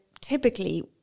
typically